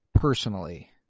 Personally